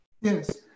Yes